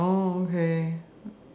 oh okay